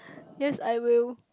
yes I will